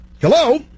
hello